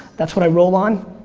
that's what i roll on,